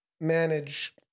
manage